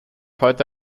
heute